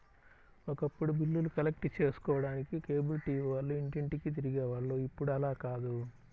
ఒకప్పుడు బిల్లులు కలెక్ట్ చేసుకోడానికి కేబుల్ టీవీ వాళ్ళు ఇంటింటికీ తిరిగే వాళ్ళు ఇప్పుడు అలా కాదు